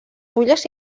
fulles